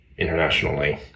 internationally